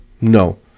no